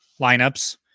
lineups